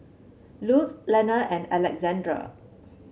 Lute Lenna and Alessandra